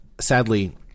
sadly